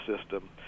system